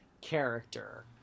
character